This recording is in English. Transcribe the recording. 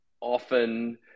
often